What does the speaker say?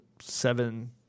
seven